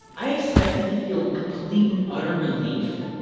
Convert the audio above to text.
i expected to feel complete and utter relief,